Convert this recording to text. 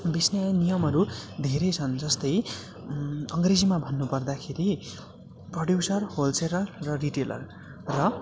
बेच्ने नियमहरू धेरै छन् जस्तै अङ्ग्रेजीमा भन्नु पर्दाखेरि प्रड्युसर होलसेलर र रिटेलर र